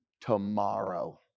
tomorrow